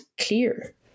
clear